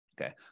Okay